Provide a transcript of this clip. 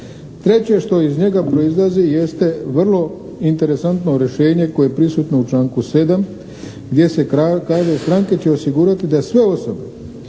Treće što iz njega proizlazi jeste vrlo interesantno rješenje koje je prisutno u članku 7. gdje se kaže, stranke će osigurati da sve osobe